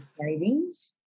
cravings